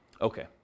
Okay